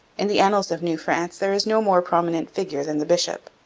in the annals of new france there is no more prominent figure than the bishop.